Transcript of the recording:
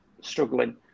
struggling